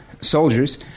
soldiers